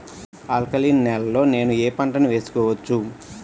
Alkaline నేలలో నేనూ ఏ పంటను వేసుకోవచ్చు?